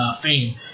Fame